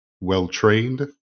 well-trained